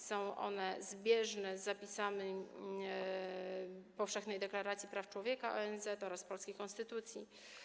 Są one zbieżne z zapisami Powszechnej Deklaracji Praw Człowieka ONZ oraz polskiej konstytucji.